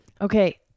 Okay